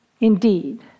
Indeed